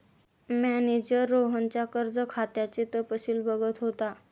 manager रोहनच्या कर्ज खात्याचे तपशील बघत होता